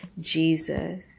Jesus